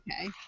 okay